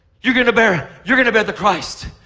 you're going to bear, you're going to bear the christ.